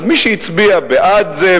אז מי שהצביעה בעד זה,